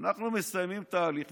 מסתיים ההליך,